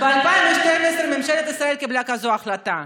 ב-2012 ממשלת ישראל קיבלה כזאת החלטה.